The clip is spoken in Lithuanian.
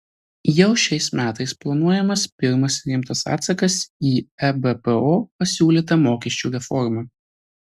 jau šiais metais planuojamas pirmas rimtas atsakas į ebpo pasiūlytą mokesčių reformą